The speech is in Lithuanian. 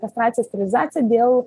kastracija sterilizacija dėl